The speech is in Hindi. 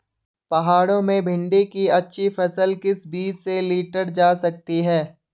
पहाड़ों में भिन्डी की अच्छी फसल किस बीज से लीटर जा सकती है?